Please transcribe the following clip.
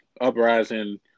uprising